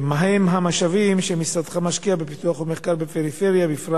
מהם המשאבים שמשרדך משקיע בפיתוח ומחקר בפריפריה בפרט